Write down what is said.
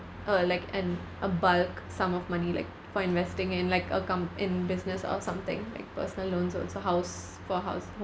uh like an a bulk sum of money like for investing in like a com~ in business or something like personal loans also house for house